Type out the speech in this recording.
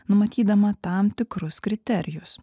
numatydama tam tikrus kriterijus